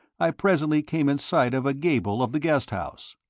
i presently came in sight of a gable of the guest house.